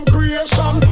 creation